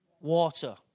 water